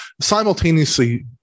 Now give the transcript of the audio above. simultaneously